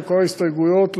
כל ההסתייגויות,